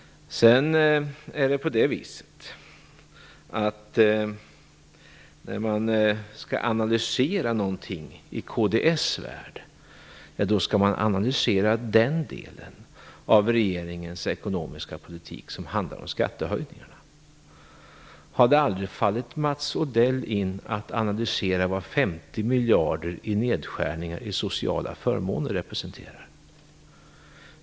När man skall analysera någonting i kds värld analyserar man den del av regeringens ekonomiska politik som handlar om skattehöjningar. Har det aldrig fallit Mats Odell in att analysera vad 50 miljarder i nedskärningar i sociala förmåner representerar?